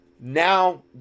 now